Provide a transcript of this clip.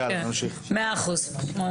מאה אחוז.